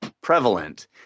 prevalent